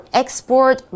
export